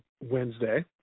Wednesday